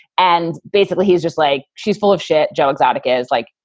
and basically he's just like she's full of shit. jones attic is like,